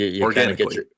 Organically